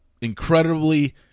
incredibly